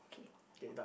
okay